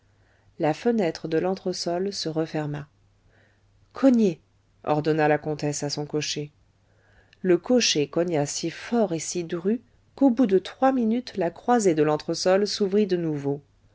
la fenêtre de l'entresol se referma cognez ordonna la comtesse à son cocher le cocher cogna si fort et si dru qu'au bout de trois minutes la croisée de l'entresol s'ouvrit de nouveau